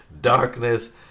darkness